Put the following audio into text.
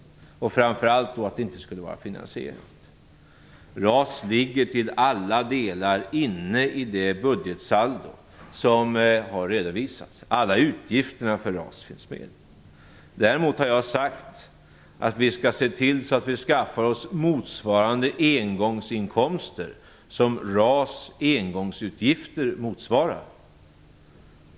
Det har framför allt gällt att förslaget inte skulle vara finansierat. RAS ligger till alla delar inne i det budgetsaldo som har redovisats. Alla utgifter för RAS finns med. Däremot har jag sagt att vi skall se till så att vi skaffar oss de engångsinkomster som RAS engångsutgifter motsvarar.